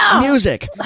music